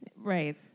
Right